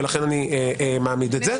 ולכן אני מעמיד את זה,